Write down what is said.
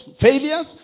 failures